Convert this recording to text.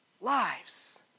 lives